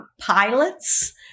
pilots